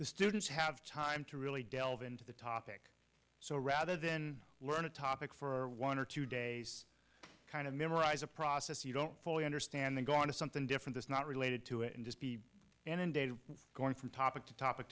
the students have time to really delve into the topic so rather than work on a topic for one or two days kind of memorize a process you don't fully understand the going to something different is not related to it and just be inundated going from topic to topic